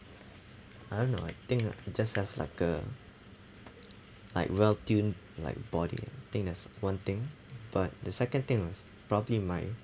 I don't know I think just have like a like well-tuned like body I think that's one thing but the second thing was probably my